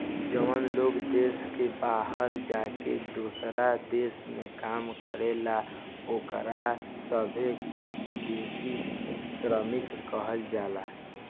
जवन लोग देश के बाहर जाके दोसरा देश में काम करेलन ओकरा सभे के विदेशी श्रमिक कहल जाला